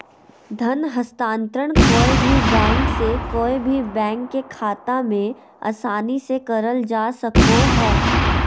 धन हस्तान्त्रंण कोय भी बैंक से कोय भी बैंक के खाता मे आसानी से करल जा सको हय